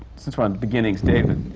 since we're on beginnings, david,